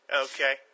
Okay